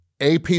AP